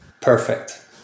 Perfect